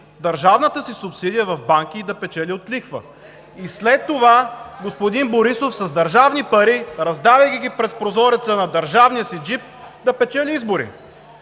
държавната си субсидия в банки, да печели от лихва и след това господин Борисов с държавни пари, раздавайки ги през прозореца на държавния си джип, да печели избори?